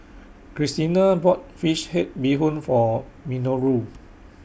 Christena bought Fish Head Bee Hoon For Minoru